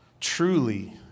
Truly